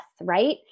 right